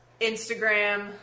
Instagram